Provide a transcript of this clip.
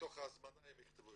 בתוך ההזמנה הם יכתבו.